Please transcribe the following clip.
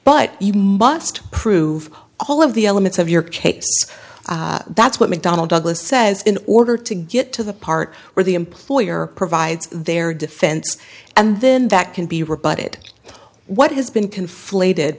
but you must prove all of the elements of your case that's what mcdonnell douglas says in order to get to the part where the employer provides their defense and then that can be rebutted what has been conflated